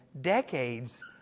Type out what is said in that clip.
decades